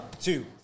two